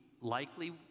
likely